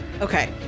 Okay